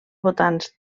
votants